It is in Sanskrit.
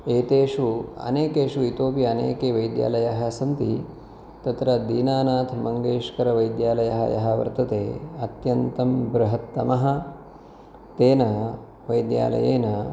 एतेषु अनेकेषु इतोऽपि अनेके वैद्यालयाः सन्ति तत्र दीनानाथमङ्गेशकरवैद्यालयः यः वर्तते अत्यन्तं बृहत्तमः तेन वैद्यालयेन